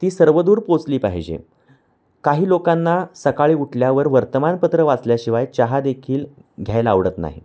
ती सर्वदूर पोचली पाहिजे काही लोकांना सकाळी उठल्यावर वर्तमानपत्र वाचल्याशिवाय चहादेखील घ्यायला आवडत नाही